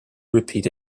repeat